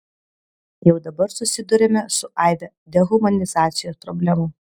jau dabar susiduriame su aibe dehumanizacijos problemų